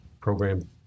program